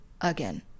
again